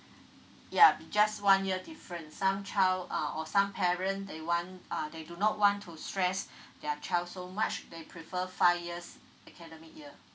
ya it'll be just one year difference some child uh or some parent they want uh they do not want to stress their child so much they prefer five years academic year